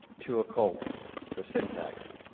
to a cult for syntax.